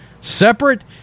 separate